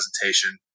presentation